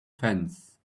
fence